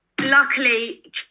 Luckily